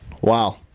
Wow